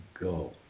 go